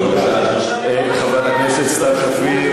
חברת הכנסת סתיו שפיר.